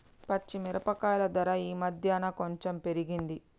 పచ్చి మిరపకాయల ధర ఈ మధ్యన కొంచెం పెరిగింది